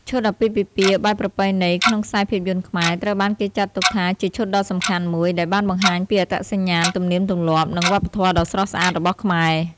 ឈុតអាពាហ៍ពិពាហ៍បែបប្រពៃណីក្នុងខ្សែភាពយន្តខ្មែរត្រូវបានគេចាត់ទុកថាជាឈុតដ៏សំខាន់មួយ ដែលបានបង្ហាញពីអត្តសញ្ញាណ ទំនៀមទម្លាប់ និងវប្បធម៌ដ៏ស្រស់ស្អាតរបស់ខ្មែរ។